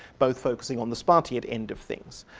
both focusing on the spartan end of things.